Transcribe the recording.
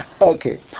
okay